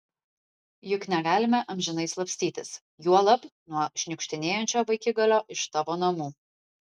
juk negalime amžinai slapstytis juolab nuo šniukštinėjančio vaikigalio iš tavo namų